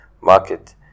market